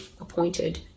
appointed